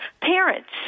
parents